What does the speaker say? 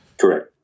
Correct